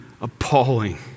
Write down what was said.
appalling